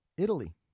Italy